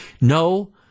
No